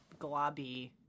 globby